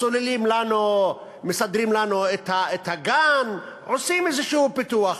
סוללים לנו, מסדרים לנו את הגן, עושים איזה פיתוח,